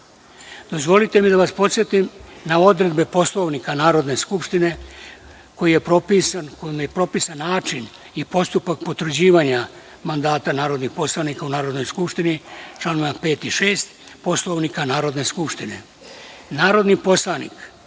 POSLANIKADozvolite da vas podsetim na odredbe Poslovnika Narodne skupštine, kojima je propisan način i postupak potvrđivanja mandata narodnih poslanika u Narodnoj skupštini (članovi 5. i 6. Poslovnika Narodne skupštine).Narodni